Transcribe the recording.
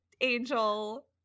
angel